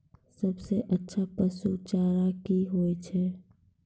सबसे अच्छा पसु चारा की होय छै?